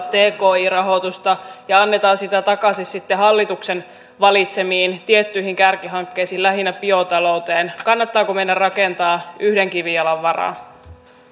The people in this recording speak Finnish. tki rahoitusta ja annetaan sitä takaisin sitten hallituksen valitsemiin tiettyihin kärkihankkeisiin lähinnä biotalouteen kannattaako meidän rakentaa yhden kivijalan varaan